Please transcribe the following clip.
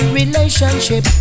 relationship